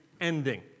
ending